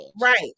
Right